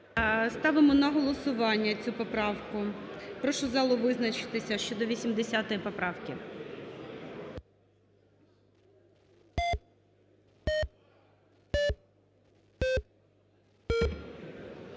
Ставимо на голосування цю поправку. Прошу залу визначитися щодо 80 поправки.